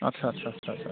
आच्चा आच्चा आच्चा आच्चा